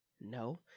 No